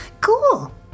cool